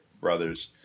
brothers